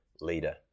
leader